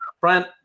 Brian